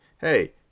hey